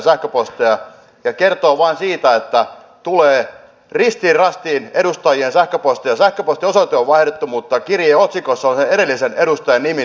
se kertoo vain siitä että tulee ristiin rastiin edustajille sähköpostia ja vaikka sähköpostin osoite on vaihdettu niin otsikossa on sen edellisen edustajan nimi